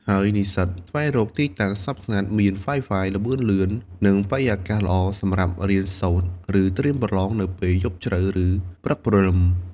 ហើយនិស្សិត ស្វែងរកទីតាំងស្ងប់ស្ងាត់ មាន Wi-Fi ល្បឿនលឿន និងបរិយាកាសល្អសម្រាប់រៀនសូត្រ ឬត្រៀមប្រឡងនៅពេលយប់ជ្រៅ ឬព្រឹកព្រលឹម។